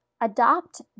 adopt